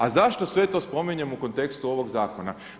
A zašto sve to spominjem u kontekstu ovog zakona?